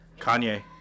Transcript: Kanye